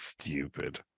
stupid